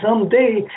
someday